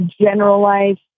generalized